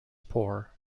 poor